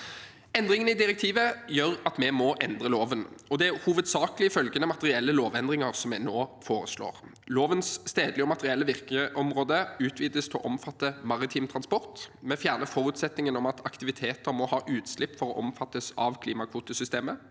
Endringene i direktivet gjør at vi må endre loven. Det er hovedsakelig følgende materielle lovendringer vi nå foreslår: Lovens stedlige og materielle virkeområde utvides til å omfatte maritim transport, vi fjerner forutsetningen om at aktiviteter må ha utslipp for å omfattes av klimakvotesystemet,